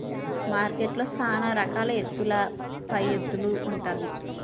మార్కెట్లో సాన రకాల ఎత్తుల పైఎత్తులు ఉంటాది